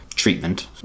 treatment